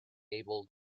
able